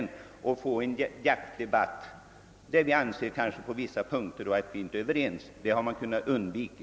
Vi kommer härigenom troligen att få en jaktdebatt, där meningarna går starkt isär. Detta hade man kunnat undvika.